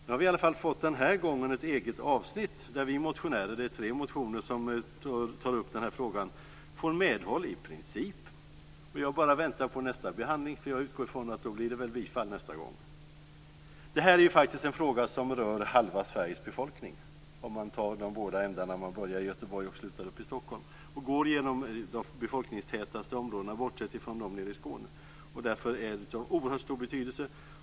Nu har vi denna gång i alla fall fått ett eget avsnitt där vi motionärer - det är tre motioner som tar upp frågan - i princip får medhåll. Jag bara väntar på nästa behandling, för då utgår jag från att det blir bifall. Detta är en fråga som rör halva Sveriges befolkning - om man börjar i Göteborg och slutar i Stockholm och går genom de befolkningstätaste områdena, bortsett från dem i Skåne. Därför är frågan av oerhört stor betydelse.